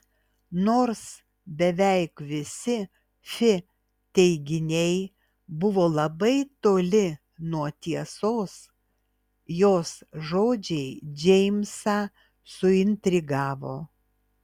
nors beveik visi fi teiginiai buvo labai toli nuo tiesos jos žodžiai džeimsą suintrigavo